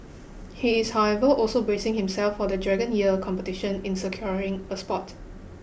he is however also bracing himself for the Dragon Year Competition in securing a spot